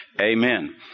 Amen